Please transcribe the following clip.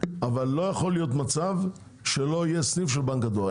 לא יכול להיות מצב שלא יהיה סניף של בנק הדואר.